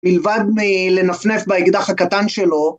מלבד לנפנף באקדח הקטן שלו